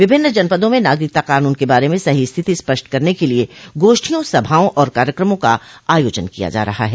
विभिन्न जनपदों में नागरिकता कानून के बारे में सही स्थिति स्पष्ट करने के लिए गोष्ठियों सभाओं और कार्यक्रमों का आयोजन किया जा रहा है